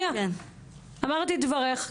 אמרת את דבריך,